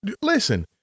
listen